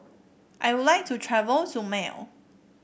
I would like to travel to Male